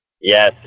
Yes